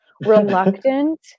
reluctant